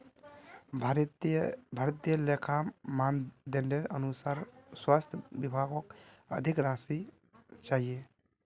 भारतीय लेखा मानदंडेर अनुसार स्वास्थ विभागक अधिक राशि चाहिए